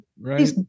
right